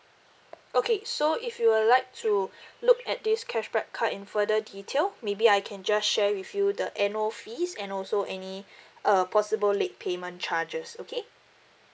okay so if you would like to look at this cashback card in further detail maybe I can just share with you the annual fees and also any uh possible late payment charges okay